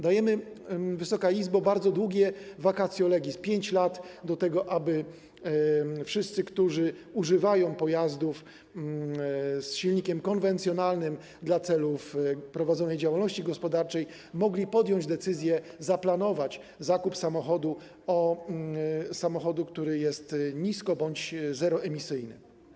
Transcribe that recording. Dajemy, Wysoka Izbo, bardzo długie vacatio legis, 5 lat, tak aby wszyscy, którzy używają pojazdów z silnikiem konwencjonalnym dla celów prowadzonej działalności gospodarczej, mogli podjąć decyzję, zaplanować zakup samochodu, który jest nisko- bądź zeroemisyjny.